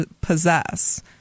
possess